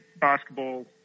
basketball